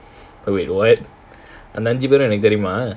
oh wait what அந்த அஞ்சி பெரும் எனக்கு தெரியுமா:antha anji perum enakku theriyumaa